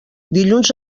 dilluns